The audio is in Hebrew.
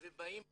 ובאים לחופשה,